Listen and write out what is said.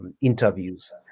interviews